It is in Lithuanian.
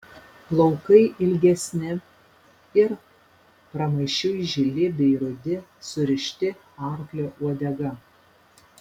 plaukai ilgesni ir pramaišiui žili bei rudi surišti arklio uodega